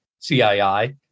CII